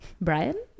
Brian